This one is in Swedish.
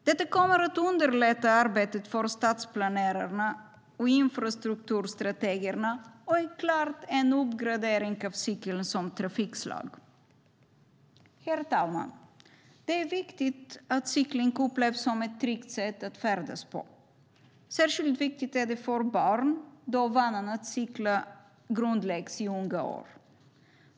Detta kommer att underlätta arbetet för stadsplanerarna och infrastrukturstrategerna och är en klar uppgradering av cykeln som trafikslag. Herr talman! Det är viktigt att cykling upplevs som ett tryggt sätt att färdas på. Särskilt viktigt är det för barn eftersom vanan att cykla grundläggs i unga år.